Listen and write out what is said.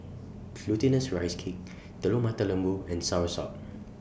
Glutinous Rice Cake Telur Mata Lembu and Soursop